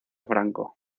franco